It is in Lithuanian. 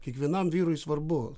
kiekvienam vyrui svarbu